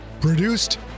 Produced